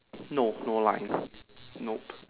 no no line nope